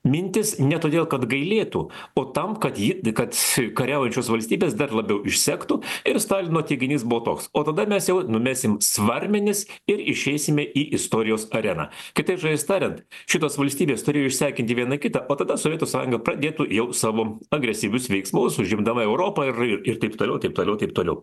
mintis ne todėl kad gailėtų o tam kad ji kad kariaujančios valstybės dar labiau išsektų ir stalino teiginys buvo toks o tada mes jau numesim svarmenis ir išeisime į istorijos areną kitais žodžiais tariant šitos valstybės turėjo išsekinti viena kitą o tada sovietų sąjunga pradėtų jau savo agresyvius veiksmus užimdama europą ir ir taip toliau taip toliau taip toliau